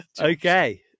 Okay